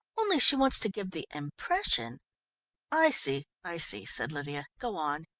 only she wants to give the impression i see, i see, said lydia. go on.